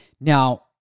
Now